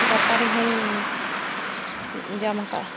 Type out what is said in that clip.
ᱜᱟᱯᱟ ᱨᱮᱦᱚᱧ ᱡᱟᱢᱟᱠᱟᱜᱼᱟ